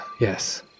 yes